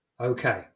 Okay